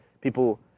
people